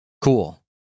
cool